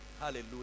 hallelujah